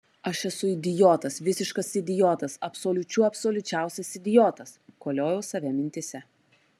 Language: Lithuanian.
aš esu idiotas visiškas idiotas absoliučių absoliučiausias idiotas koliojau save mintyse